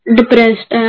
depressed